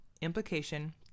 Implication